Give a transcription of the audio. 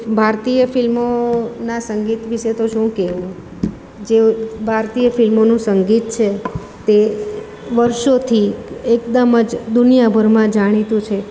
ભારતીય ફિલ્મો ના સંગીત વિશે તો શું કહેવું જેવું ભારતીય ફિલ્મોનું સંગીત છે તે વર્ષોથી એકદમ જ દુનિયાભરમાં જાણીતું છે